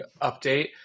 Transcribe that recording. update